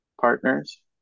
partners